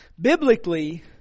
Biblically